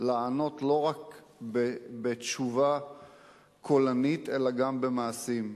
לענות לא רק בתשובה קולנית אלא גם במעשים: